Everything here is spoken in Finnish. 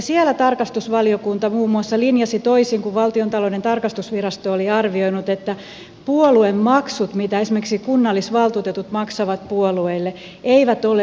siellä tarkastusvaliokunta muun muassa linjasi toisin kuin valtiontalouden tarkastusvirasto oli arvioinut että puoluemaksut mitä esimerkiksi kunnallisvaltuutetut maksavat puolueille eivät ole ulkopuolista tukea